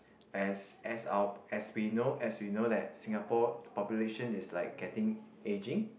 as as our as we know as we know that Singapore population is like getting aging